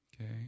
Okay